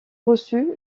reçu